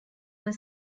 were